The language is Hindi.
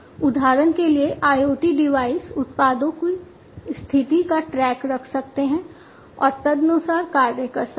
उदाहरण के लिए IoT डिवाइस उत्पादों की स्थिति का ट्रैक रख सकते हैं और तदनुसार कार्य कर सकते हैं